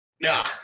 Nah